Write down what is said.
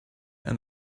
and